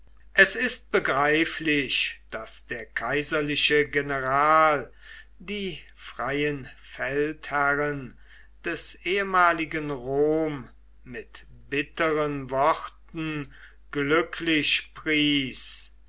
es ist begreiflich daß der kaiserliche general die freien feldherren des ehemaligen rom mit bitteren worten glücklich pries